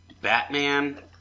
Batman